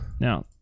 Now